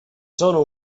sono